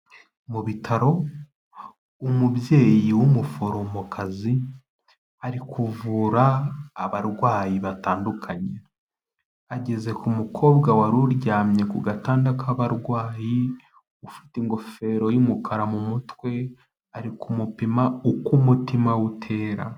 Mu Bitaro umubyeyi w'umuforomokazi ari kuvura abarwayi batandukanye, ageze ku mukobwa wari uryamye ku gatanda k'abarwayi ufite ingofero y'umukara mu mutwe ari kumupima uko umutima we utera.